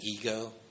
ego